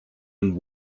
and